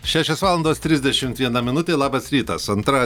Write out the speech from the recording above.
šešios valandos trisdešimt viena minutė labas rytas antra